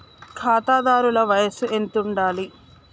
ఖాతాదారుల వయసు ఎంతుండాలి?